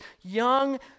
young